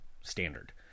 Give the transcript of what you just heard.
standard